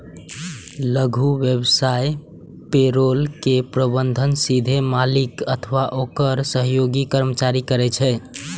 लघु व्यवसाय मे पेरोल के प्रबंधन सीधे मालिक अथवा ओकर सहयोगी कर्मचारी करै छै